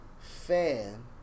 fan